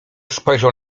spojrzał